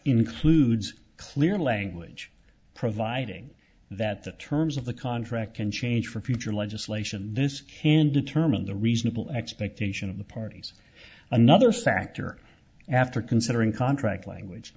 includes clear language providing that the terms of the contract can change for future legislation this can determine the reasonable expectation of the parties another sacked or after considering contract language